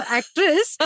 actress